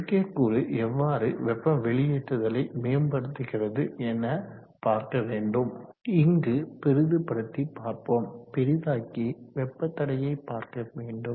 Peltier கூறு எவ்வாறு வெப்பம் வெளியேற்றுதலை மேம்படுத்துகிறது என பார்க்க வேண்டும் இங்கு பெரிதுபடுத்தி பார்ப்போம் பெரிதாக்கி வெப்ப தடையை பார்க்க வேண்டும்